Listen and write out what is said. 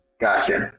gotcha